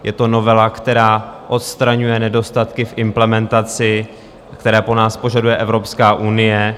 Je to novela, která odstraňuje nedostatky v implementaci, kterou po nás požaduje Evropská unie.